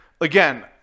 Again